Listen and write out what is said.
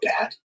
Dad